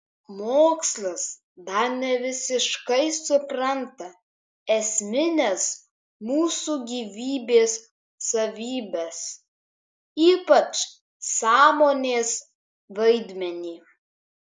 mokslas dar nevisiškai supranta esmines mūsų gyvybės savybes ypač sąmonės vaidmenį